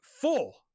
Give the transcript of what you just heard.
full